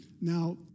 Now